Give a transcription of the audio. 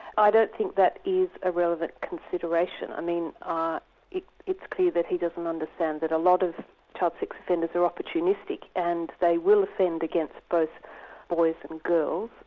i don't think that is a relevant consideration. i mean ah it's clear that he doesn't understand that a lot of child sex offenders are opportunistic and they will offend against both boys and girls,